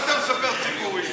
מה אתה מספר סיפורים?